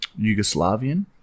Yugoslavian